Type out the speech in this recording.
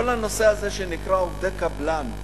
כל הנושא הזה שנקרא עובדי קבלן.